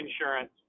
insurance